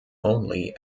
only